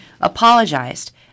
apologized